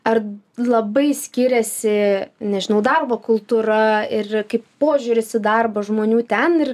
ar labai skiriasi nežinau darbo kultūra ir kaip požiūris į darbo žmonių ten ir